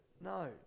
no